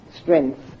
strength